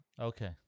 Okay